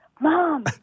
Mom